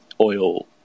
oil